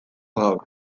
gaur